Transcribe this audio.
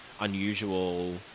unusual